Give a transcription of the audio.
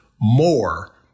more